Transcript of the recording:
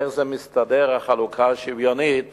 איך זה מסתדר, החלוקה השוויונית